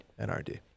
NRD